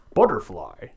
Butterfly